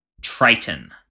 Triton